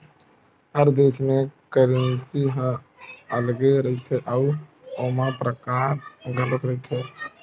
हर देस के करेंसी ह अलगे रहिथे अउ ओमा फरक घलो रहिथे